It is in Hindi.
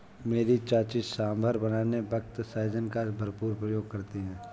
मेरी चाची सांभर बनाने वक्त सहजन का भरपूर प्रयोग करती है